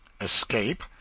Escape